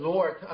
Lord